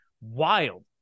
wild